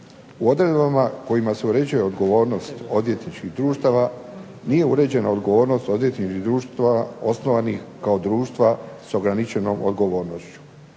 U odredbama kojima se uređuje odgovornost odvjetničkih društava nije uređena odgovornost odvjetničkih društava osnovanih kao društva sa ograničenom odgovornošću.